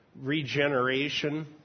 regeneration